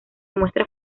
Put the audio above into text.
muestra